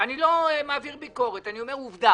אני לא מעביר ביקורת, אני אומר עובדה.